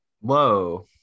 whoa